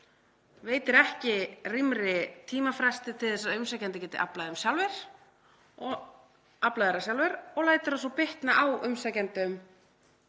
veitir ekki rýmri tímafresti til þess að umsækjandi geti aflað þeirra sjálfur og lætur svo bitna á umsækjendum